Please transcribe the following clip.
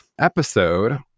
episode